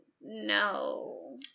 no